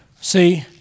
See